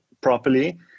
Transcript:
properly